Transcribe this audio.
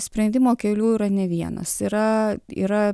sprendimo kelių yra ne vienas yra yra